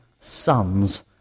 sons